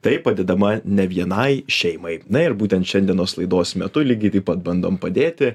taip padėdama ne vienai šeimai na ir būtent šiandienos laidos metu lygiai taip pat bandom padėti